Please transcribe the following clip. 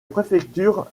préfecture